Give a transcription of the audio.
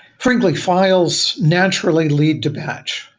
frankly, files naturally lead to patch.